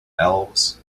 elves